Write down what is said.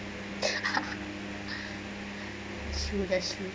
true that's true